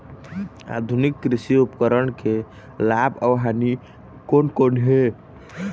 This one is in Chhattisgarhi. आधुनिक कृषि उपकरण के लाभ अऊ हानि कोन कोन हे?